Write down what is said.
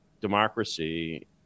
democracy